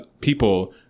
people